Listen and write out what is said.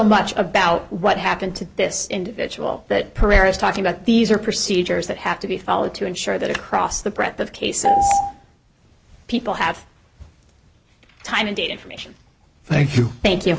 much about what happened to this individual that pereira is talking about these are procedures that have to be followed to ensure that across the breadth of case people have time and date information thank you